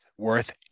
worth